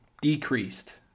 decreased